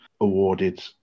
awarded